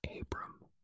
Abram